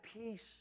peace